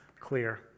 clear